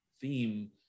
theme